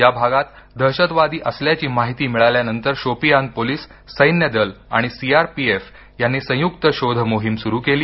या भागात दहशतवादी असल्याची माहिती मिळाल्यानंतर शोपियान पोलीस सैन्य दल आणि सी आर पी एफ यांनी संयुक्त शोध मोहीम सुरु केली